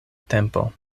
tempo